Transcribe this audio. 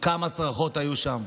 כמה צרחות היו שם.